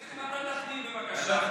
ועדת הפנים, בבקשה.